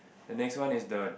the next one is the